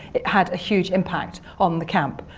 it had a huge impact on the camp,